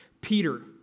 Peter